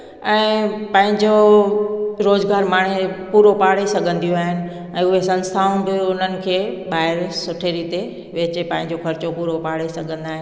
ऐं पंहिंजो रोज़गारु माणे पूरो पाड़े सघंदियूं आहिनि ऐं उहे संस्थाउनि बि उन्हनि खे ॿाहिरि सुठे रीते वेचे पंहिंजो ख़र्चो पूरो पाड़े सघंदा आहिनि